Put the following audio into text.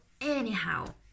anyhow